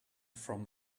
from